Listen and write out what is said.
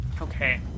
okay